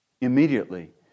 immediately